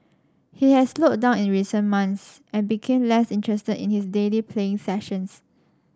he had slowed down in recent months and became less interested in his daily playing sessions